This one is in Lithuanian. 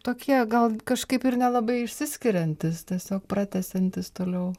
tokie gal kažkaip ir nelabai išsiskiriantys tiesiog pratęsiantys toliau